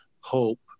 hope